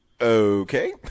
Okay